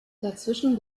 dazwischen